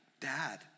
dad